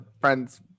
friend's